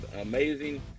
amazing